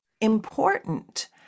important